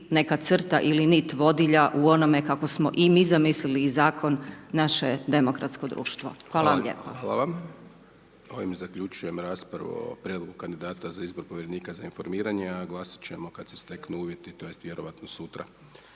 neka crta ili nit vodilja u onome kako smo i mi zamislili i Zakon naše demokratsko društvo. Hvala vam lijepo. **Hajdaš Dončić, Siniša (SDP)** Zaključujem raspravu o Prijedlogu kandidata za izbor povjerenika za informiranje, a glasati ćemo kada se steknu uvjeti, a to jest vjerojatno sutra.